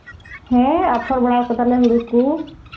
ᱦᱮᱸ ᱟᱯᱷᱚᱨ ᱵᱟᱲᱟ ᱟᱠᱟᱫᱟᱞᱮ ᱦᱩᱲᱩ ᱠᱚ